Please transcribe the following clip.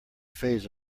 phase